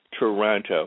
Toronto